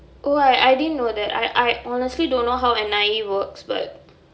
oh I I didn't know that I I honestly don't know how N_I_E works but